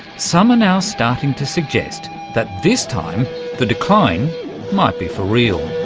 some are now starting to suggest that this time the decline might be for real.